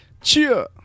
Cheer